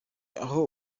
aho